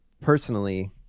personally